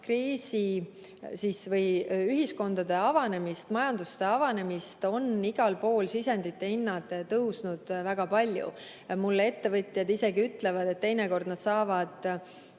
koroonakriisi või ühiskondade avanemist, majanduste avanemist on igal pool sisendite hinnad tõusnud väga palju. Mulle ettevõtjad isegi ütlevad, et teinekord nad saavad